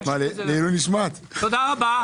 תודה רבה.